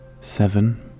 seven